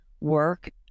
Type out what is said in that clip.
work